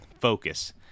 focus